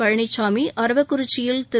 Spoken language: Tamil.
பழனிச்சாமி அரவக்குறிச்சியில் திரு